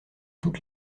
toute